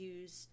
use